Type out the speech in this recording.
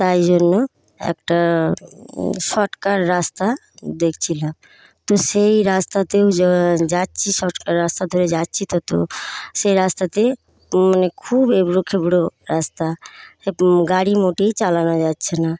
তাইজন্য একটা শর্টকাট রাস্তা দেখছিলাম তো সেই রাস্তাতেও যাচ্ছি শর্টকাট রাস্তা ধরে যাচ্ছি তত সেই রাস্তাতে মানে খুব এবড়ো খেবড়ো রাস্তা গাড়ি মোটেই চালানো যাচ্ছে না